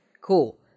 Cool